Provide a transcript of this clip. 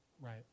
Right